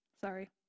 Sorry